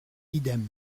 idem